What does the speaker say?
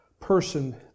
person